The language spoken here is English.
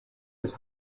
his